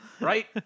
Right